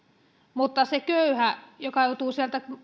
mutta se köyhä joka joutuu